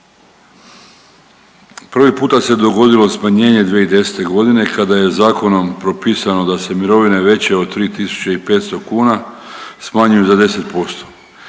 Prvi puta se dogodilo smanjenje 2010. godine kada je zakonom propisano da se mirovine veće od 3.500 kuna smanjuju za 10%.